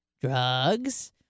drugs